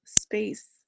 space